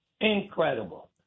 incredible